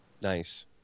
Nice